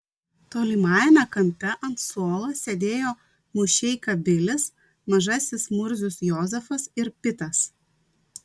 tolimajame kampe ant suolo sėdėjo mušeika bilis mažasis murzius jozefas ir pitas